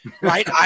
right